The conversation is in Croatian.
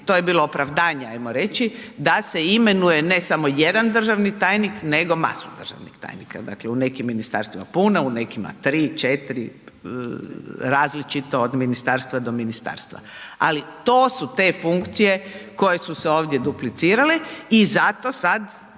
to je bilo opravdanje ajmo reći, da se imenuje ne samo jedan državni tajnik, nego masu državnih tajnika, dakle, u nekim ministarstvima puno, u nekima 3, 4, različito od ministarstva do ministarstva, ali to su te funkcije koje su se ovdje duplicirale i zato sad